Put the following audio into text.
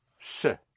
se